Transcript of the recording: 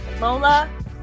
Lola